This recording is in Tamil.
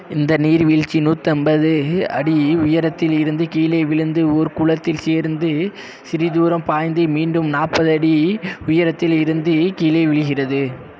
இந்த நீர்வீழ்ச்சி நூற்றைம்பது அடி உயரத்தில் இருந்து கீழே விழுந்து ஒரு குளத்தில் சேர்ந்து சிறிது தூரம் பாய்ந்து மீண்டும் நாற்பது அடி உயரத்தில் இருந்து கீழே விழுகிறது